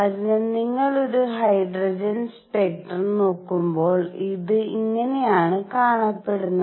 അതിനാൽ നിങ്ങൾ ഒരു ഹൈഡ്രജൻ സ്പെക്ട്രം നോക്കുമ്പോൾ ഇത് ഇങ്ങനെയാണ് കാണപ്പെടുന്നത്